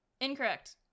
Incorrect